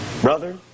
Brother